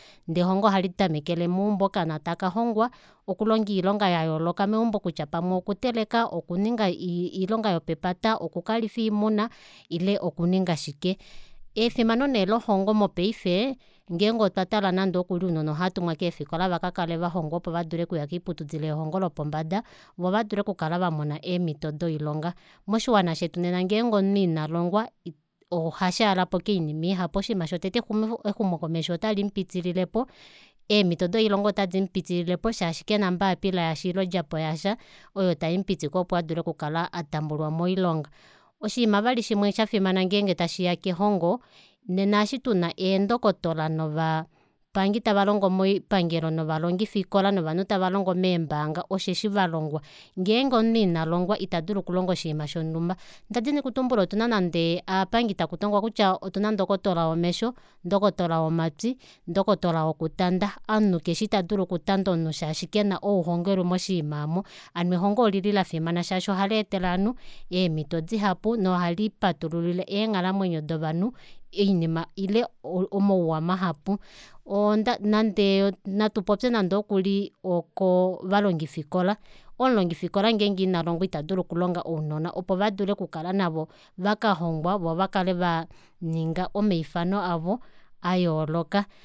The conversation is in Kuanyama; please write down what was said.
Ndee ehongo ohali tamekele meumbo okaana takalongwa okulonga oilonga yayooloka kutya pamwe okuteleka okuninga oilonga yopepata okukalifa oimuna ile okuninga shike efimano nee lelongo mopaife ngeenge otatala nande okuli ounona ohatumwa keefikola opo vadule okuya koiputudilo yelongo lopombada voo vadule okukala vamona eemito doilonga moshiwana shetu nena ngenge omunhu inalongwa ohashaalapo koinima ihapu oshinima shotete exumokomesho otalimupitililepo eemito doilonga otadiimupitililepo shaashi kena ombapila yasha ile ondjapo yasha oyo taimupitike opo akale atambulwa moilonga oshiima vali shimwe shafimana ngenge tashiya kelongo nnea eshi tuna eendokotola novapangi tavalongo moipangelo novalongifikila novanhu tava longo meembaanga osheshi valongwa ngenge omunhu ina longwa ita dulu okulonga oshinima shonumba ndadini okutumbula otuna nande otuna nande aapangi takutongwa kutya otuna ndokotola womesho ndokotola womatwi ndokotola wokutanda omunhu keshe ita dulu okutanda omunhu shaashi kena oulongelwe moshinima aamo hano elongo olili lafimana shaashi ohaleetele ovanhu eemito dihapu nohali patululile eenghalamwenyo dovanhu oinima ile omauwa mahapu oo onda nande natu popye nande okuli okoo valongifikola omulongifikola ngenge inalongwa itadulu okulonga ounona opo vadule okukala navo vakalongwa vovakale vaninga omaifano avo ayooloka